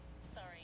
Sorry